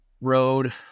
road